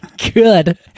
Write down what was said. good